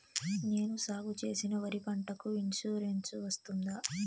నేను సాగు చేసిన వరి పంటకు ఇన్సూరెన్సు వస్తుందా?